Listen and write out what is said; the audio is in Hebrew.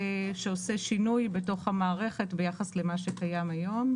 שעושה שינוי בתוך המערכת ביחס למה שקיים היום.